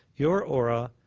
your aura.